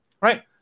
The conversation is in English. right